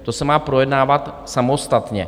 To se má projednávat samostatně.